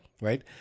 Right